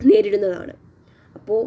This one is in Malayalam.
നേരിടുന്നതാണ് അപ്പോൾ